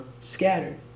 scattered